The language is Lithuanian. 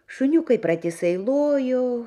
šuniukai pratisai lojo